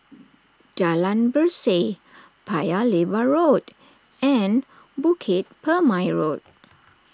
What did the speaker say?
Jalan Berseh Paya Lebar Road and Bukit Purmei Road